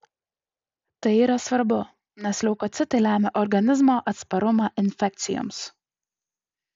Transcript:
tai yra svarbu nes leukocitai lemia organizmo atsparumą infekcijoms